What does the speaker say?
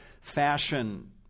fashion